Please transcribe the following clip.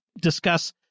discuss